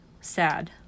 sad